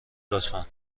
لطفا